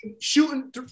shooting